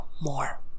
more